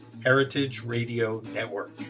heritageradionetwork